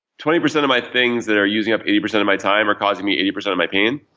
twenty percent of my things that are using up eighty percent of my time or causing me eighty percent of my pain?